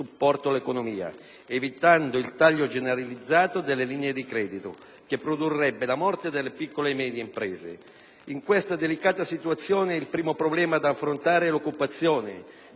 all'economia, evitando il taglio generalizzato delle linee di credito, che produrrebbe la morte delle piccole e medie imprese. In questa delicata situazione, il primo problema che da affrontare è l'occupazione,